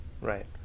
Right